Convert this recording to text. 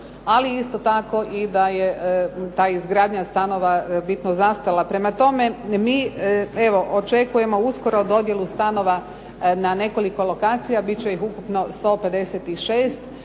ali isto tako da je ta izgradnja stanova bitno zastala. Prema tome, mi evo očekujemo uskoro dodjelu stanova na nekoliko lokacija, bit će ih ukupno 156.